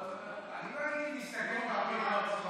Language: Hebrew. אבל כחבר כנסת,